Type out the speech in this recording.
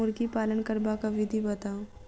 मुर्गी पालन करबाक विधि बताऊ?